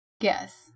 Yes